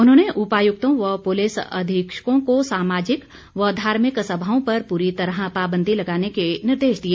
उन्होंने उपायुक्तों व पुलिस अधीक्षकों को सामाजिक व धार्मिक सभाओं पर पूरी तरह पाबंदी लगाने के निर्देश दिए